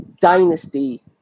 dynasty